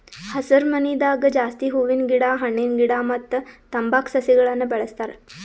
ಹಸರಮನಿದಾಗ ಜಾಸ್ತಿ ಹೂವಿನ ಗಿಡ ಹಣ್ಣಿನ ಗಿಡ ಮತ್ತ್ ತಂಬಾಕ್ ಸಸಿಗಳನ್ನ್ ಬೆಳಸ್ತಾರ್